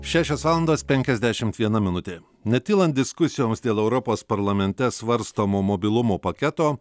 šešios valandos penkiasdešimt viena minutė netylant diskusijoms dėl europos parlamente svarstomo mobilumo paketo